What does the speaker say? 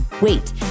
wait